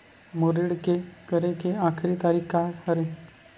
मोर ऋण के करे के आखिरी तारीक का हरे?